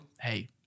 hey